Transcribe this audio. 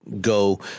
go